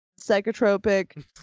psychotropic